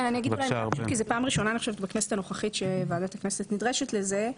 אני חושבת שזאת פעם ראשונה בכנסת הנוכחית שוועדת הכנסת נדרשת לזה.